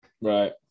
Right